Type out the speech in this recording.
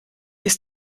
ist